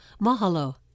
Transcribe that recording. Mahalo